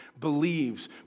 believes